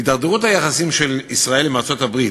הידרדרות היחסים של ישראל עם ארצות-הברית,